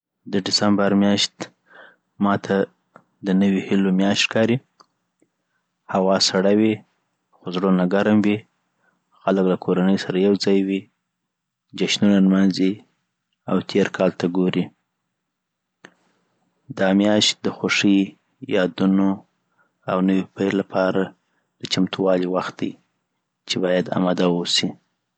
د ډسمبر میاشت ماته دنوې هیلو میاشت ښکاري هوا سړه وي، خو زړونه ګرم وي. خلک له کورنۍ سره یو ځاي وي، جشنونه نمانځي، او تېر کال ته ګوري .دا میاشت د خوښۍ، یادونو، او د نوي پیل لپاره د چمتووالي وخت دی چی باید امده اوسی